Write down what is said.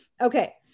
Okay